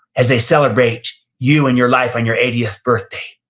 as they celebrate you and your life on your eightieth birthday?